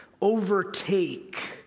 overtake